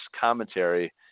commentary